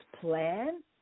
plan